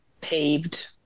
paved